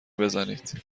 بزنید